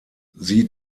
sie